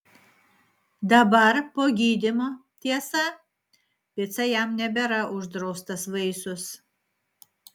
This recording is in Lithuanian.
dabar po gydymo tiesa pica jam nebėra uždraustas vaisius